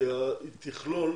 הצעת החוק תכלול